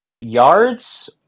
yards